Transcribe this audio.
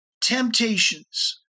temptations